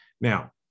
Now